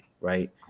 right